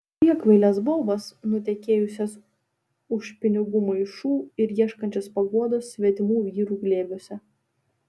priekvailes bobas nutekėjusias už pinigų maišų ir ieškančias paguodos svetimų vyrų glėbiuose